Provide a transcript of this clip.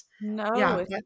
no